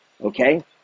Okay